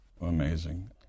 Amazing